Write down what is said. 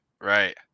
right